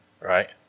right